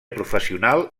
professional